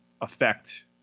affect